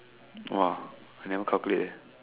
!wah! I never calculate eh